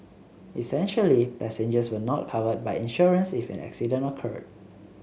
essentially passengers were not covered by insurance if an accident occurred